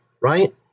right